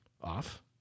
off